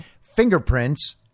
fingerprints